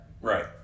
Right